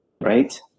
right